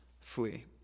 flee